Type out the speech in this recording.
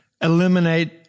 Eliminate